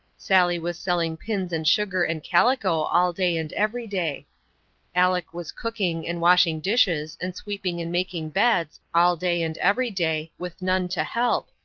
sally was selling pins and sugar and calico all day and every day aleck was cooking and washing dishes and sweeping and making beds all day and every day, with none to help,